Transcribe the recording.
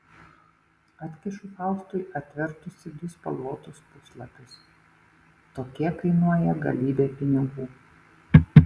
atkišu faustui atvertusi du spalvotus puslapius tokie kainuoja galybę pinigų